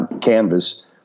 canvas